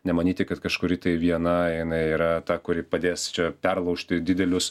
nemanyti kad kažkuri tai viena jinai yra ta kuri padės čia perlaužti didelius